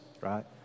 right